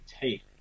take